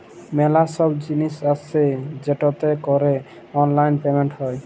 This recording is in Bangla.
ম্যালা ছব জিলিস আসে যেটতে ক্যরে অললাইল পেমেলট হ্যয়